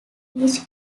each